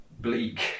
bleak